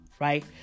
right